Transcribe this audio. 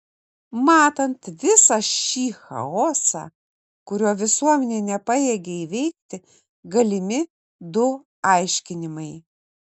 matant visą šį chaosą kurio visuomenė nepajėgia įveikti galimi du aiškinimai